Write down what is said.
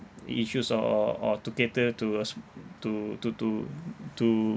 i~ issues or or or to cater to us to to to to